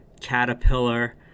Caterpillar